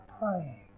praying